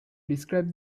describe